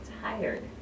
tired